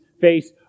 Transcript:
face